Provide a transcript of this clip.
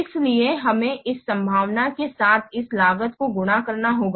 इसलिए हमें इस संभावना के साथ इस लागत को गुणा करना होगा